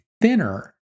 thinner